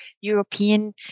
European